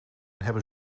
hebben